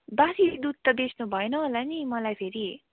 बासी दुध त बेच्नु भएन होला नि मलाई फेरि